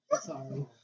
Sorry